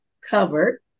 covered